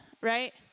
right